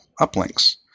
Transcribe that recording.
uplinks